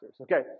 Okay